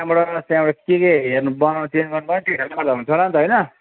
त्यहाँबाट त्यहाँबाट के के हेर्नु बनाउनु चेन्ज गर्नु पर्ने त्यो हेर्दै गर्दा हुन्छ होला नि त होइन